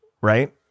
right